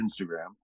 Instagram